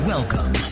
Welcome